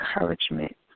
encouragement